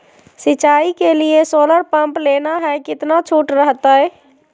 सिंचाई के लिए सोलर पंप लेना है कितना छुट रहतैय?